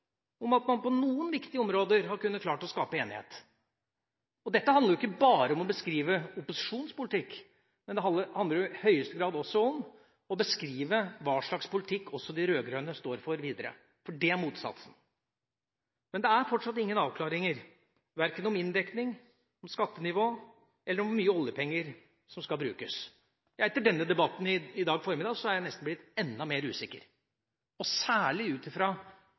om at man på noen viktige områder hadde klart å skape enighet. Dette handler ikke bare om å beskrive opposisjonspolitikk, det handler i høyeste grad også om å beskrive hva slags politikk de rød-grønne står for videre – for det er motsatsen. Men det er fortsatt ingen avklaringer, verken om inndekning, skattenivå, eller hvor mye oljepenger som skal brukes. Ja, etter debatten i formiddag er jeg nesten blitt enda mer usikker, og særlig ut ifra